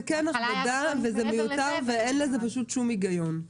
זה כן הכבדה וזה מיותר ואין לזה פשוט שום היגיון.